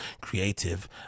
creative